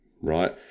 right